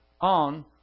on